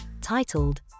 titled